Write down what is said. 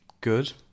good